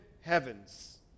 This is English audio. heavens